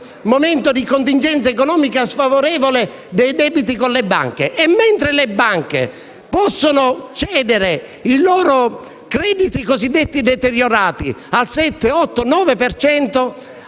momento di contingenza economica sfavorevole, i debiti con le banche. E mentre le banche possono cedere i loro crediti cosiddetti deteriorati al 7, 8, 9 per cento,